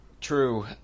True